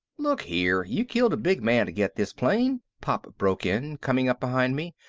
look here, you killed a big man to get this plane, pop broke in, coming up behind me.